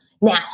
now